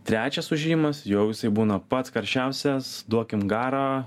trečias užėjimas jau jisai būna pats karščiausias duokim garo